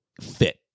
fit